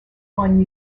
one